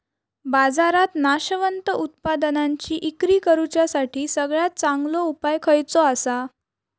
बाजारात नाशवंत उत्पादनांची इक्री करुच्यासाठी सगळ्यात चांगलो उपाय खयचो आसा?